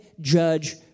judge